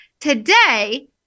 Today